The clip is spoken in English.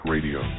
Radio